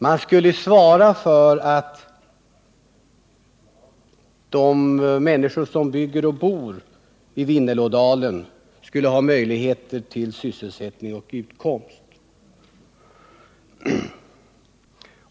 Man skulle svara för att de människor som bygger och bor i Vindelådalen skulle ha möjligheter till sysselsättning och utkomst.